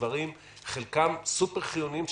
חלק מהדברים סופר חיוניים,